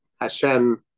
Hashem